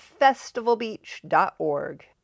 festivalbeach.org